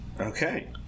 Okay